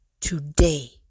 today